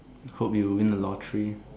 hope you win the lottery